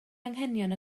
anghenion